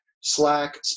Slack